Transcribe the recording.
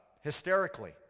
hysterically